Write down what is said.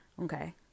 okay